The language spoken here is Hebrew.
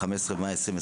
16 במאי 2023,